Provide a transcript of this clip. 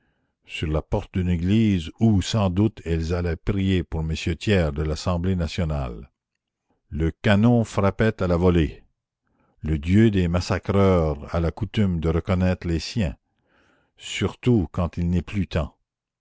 sur la porte d'une église où sans doute elles allaient prier pour m thiers et l'assemblée nationale le canon frappait la commune à la volée le dieu des massacreurs a la coutume de reconnaître les siens surtout quand il n'est plus temps